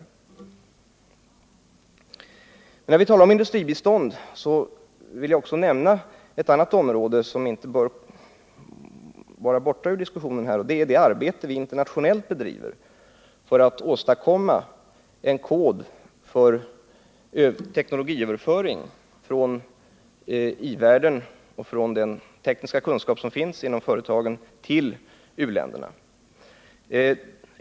När vi talar om industribistånd vill jag också nämna ett annat område, som inte bör komma bort i diskussionen här, och det rör det arbete vi bedriver internationellt för att åstadkomma en kod för teknologiöverföring till u-länderna av den tekniska kunskap som finns inom företagen i i-världen.